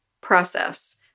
process